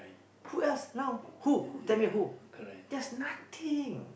who else now who tell me who there's nothing